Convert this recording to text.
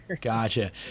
Gotcha